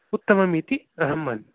उत्तमम् इति अहं मन्ये